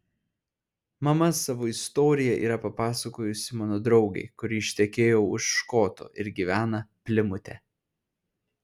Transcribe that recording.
mama savo istoriją yra papasakojusi mano draugei kuri ištekėjo už škoto ir gyvena plimute